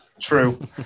true